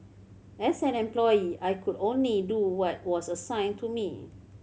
as an employee I could only do what was assigned to me